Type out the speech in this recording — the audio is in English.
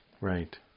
right